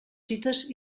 cites